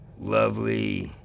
lovely